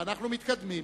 ואנחנו מתקדמים.